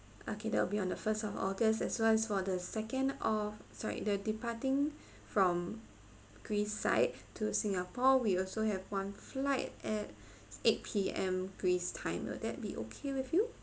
okay that will be on the first of august as well as for the second of sorry the departing from greece side to singapore we also have one flight at eight P_M greece time will that be okay with you